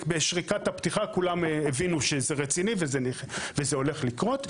בשריקת הפתיחה כולם הבינו שזה רציני ושזה הולך לקרות.